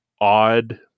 odd